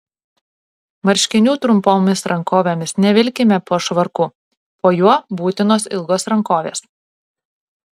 marškinių trumpomis rankovėmis nevilkime po švarku po juo būtinos ilgos rankovės